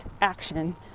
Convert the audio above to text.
action